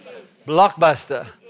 Blockbuster